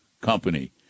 company